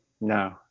no